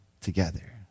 together